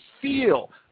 feel